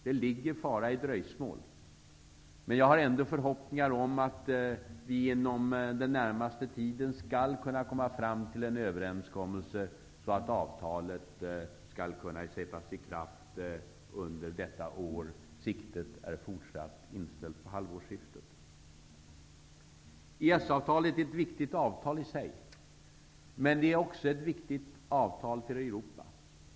Det ligger fara i dröjsmål. Men jag har ändå förhoppningar om att vi inom den närmaste tiden skall kunna komma fram till en överenskommelse, så att avtalet skall kunna sättas i kraft under detta år. Siktet är fortsatt inställt på halvårsskiftet. EES-avtalet är ett viktigt avtal i sig, men det är också ett viktigt avtal för Europa.